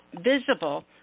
visible